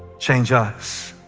change us,